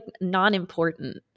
non-important